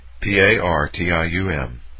P-A-R-T-I-U-M